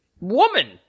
Woman